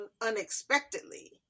unexpectedly